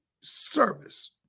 service